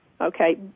Okay